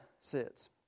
sits